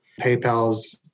PayPal's